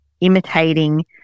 imitating